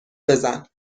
بزن